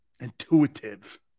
Intuitive